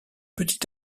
petit